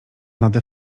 nade